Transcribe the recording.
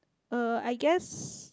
uh I guess